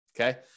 Okay